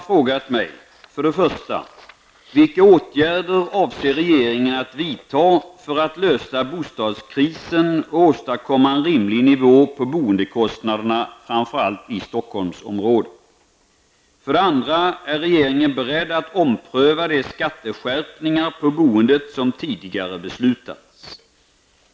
Fru talman! Pär Granstedt har frågat mig: För det andra: Är regeringen beredd att ompröva de skatteskärpningar på boendet som tidigare beslutats?